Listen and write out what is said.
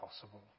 possible